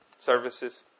services